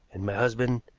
and my husband,